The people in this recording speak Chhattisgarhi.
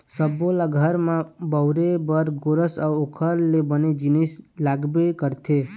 सब्बो ल घर म बउरे बर गोरस अउ ओखर ले बने जिनिस लागबे करथे